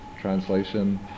translation